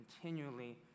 continually